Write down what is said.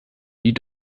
die